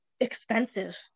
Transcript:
expensive